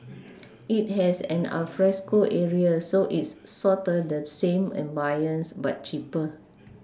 it has an alfresco area so it's sorta the same ambience but cheaper